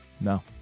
No